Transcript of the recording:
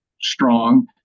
strong